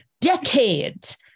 decades